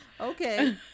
Okay